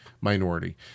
minority